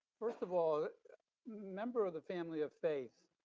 first of all, a member of the family of faith,